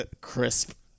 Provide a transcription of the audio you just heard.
crisp